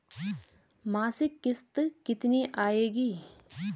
मासिक किश्त कितनी आएगी?